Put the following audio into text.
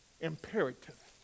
Imperative